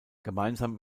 gemeinsam